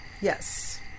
Yes